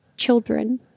children